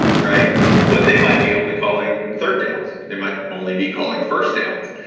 right but they might be only calling third downs. they might only be calling first downs.